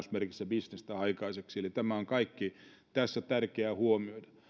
bisnestä aikaiseksi eli tämä on kaikki tässä tärkeää huomioida